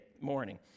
morning